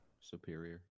superior